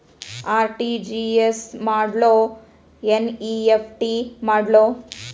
RTGS ಮಾಡ್ಲೊ NEFT ಮಾಡ್ಲೊ?